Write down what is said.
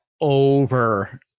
Over